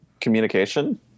communication